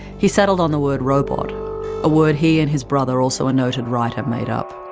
he settled on the word robot a word he and his brother, also a noted writer, made up.